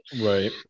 Right